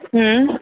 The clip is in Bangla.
হুম